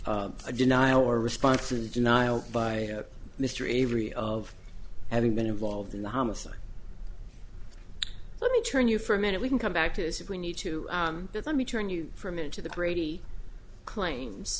a denial or response and denial by mr avery of having been involved in the homicide let me turn you for a minute we can come back to this if we need to but let me turn you from in to the brady claims